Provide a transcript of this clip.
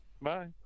Bye